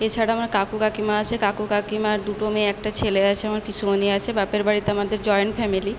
এছাড়াও আমার কাকু কাকিমা আছে কাকু কাকিমার দুটো মেয়ে একটা ছেলে আছে আমার পিসিমণি আছে বাপের বাড়িতে আমাদের জয়েন্ট ফ্যামিলি